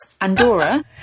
Andorra